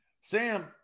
Sam